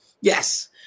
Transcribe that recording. Yes